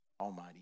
Almighty